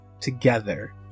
together